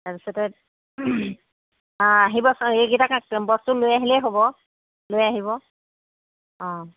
তাৰপিছতে আহিবচোন এইকেইটা বস্তু লৈ আহিলেই হ'ব লৈ আহিব অঁ